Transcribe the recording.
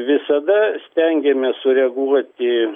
visada stengiamės sureaguoti